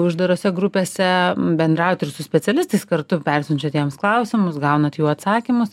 uždarose grupėse bendraujat ir su specialistais kartu persiunčiat jiems klausimus gaunat jų atsakymus